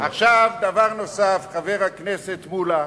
עכשיו דבר נוסף, חבר הכנסת מולה,